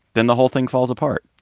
then the whole thing falls apart.